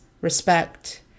respect